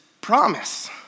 promise